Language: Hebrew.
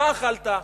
מה אכלת?